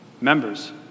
members